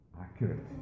accurate